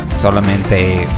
solamente